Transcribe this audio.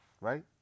right